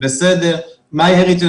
MyHeritage.